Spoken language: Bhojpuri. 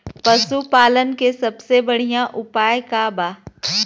पशु पालन के सबसे बढ़ियां उपाय का बा?